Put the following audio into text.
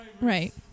right